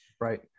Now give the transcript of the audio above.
right